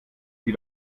sie